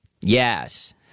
Yes